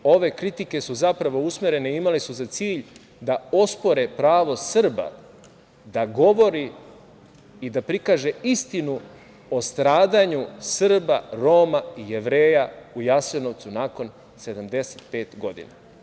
Ove kritike su zapravo usmerene i imale su za cilj da ospore pravo Srba da govore i da prikažu istinu o stradanju Srba, Roma i Jevreja u Jasenovcu nakon 75 godina.